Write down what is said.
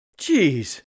Jeez